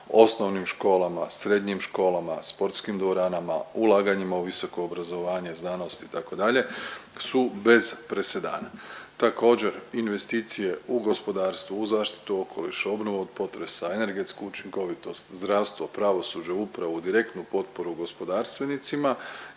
osnovnim školama, srednjim školama, sportskim dvoranama, ulaganjima u visoko obrazovanje, znanost itd. su bez presedana. Također investicije u gospodarstvo, u zaštitu okoliša, obnovu od potresa, energetsku učinkovitost, zdravstvo, pravosuđe, upravu, direktnu potporu gospodarstvenicima